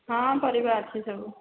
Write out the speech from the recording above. ହଁ ପରିବା ଅଛି ସବୁ